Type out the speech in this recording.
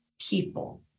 people